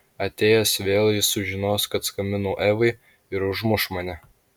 atėjęs vėl jis sužinos kad skambinau evai ir užmuš mane